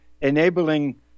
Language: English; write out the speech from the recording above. enabling